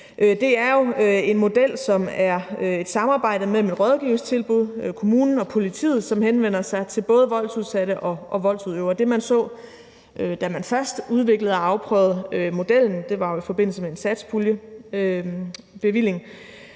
Det er en model, som er et samarbejde mellem rådgivningstilbud, kommunen og politiet, og som henvender sig til både voldsudsatte og voldsudøvere. Det, man så, da man først udviklede og afprøvede modellen – det var i forbindelse med en satspuljebevilling